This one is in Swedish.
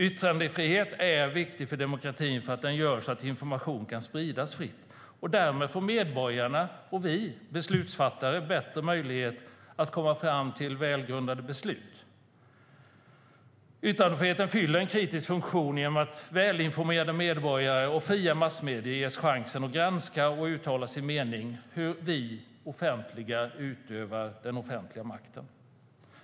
Yttrandefrihet är viktig för demokratin för att den gör så att information kan spridas fritt. Därmed får medborgarna och vi beslutsfattare bättre möjligheter att komma fram till välgrundade beslut. Yttrandefriheten fyller en kritisk funktion genom att välinformerade medborgare och fria massmedier ges chansen att granska och uttala sin mening om hur vi utövar den offentliga makten.